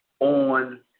on